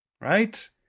right